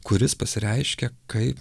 kuris pasireiškia kaip